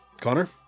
Connor